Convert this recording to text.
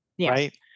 right